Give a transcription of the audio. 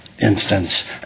instance